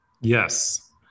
Yes